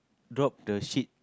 drop the sheet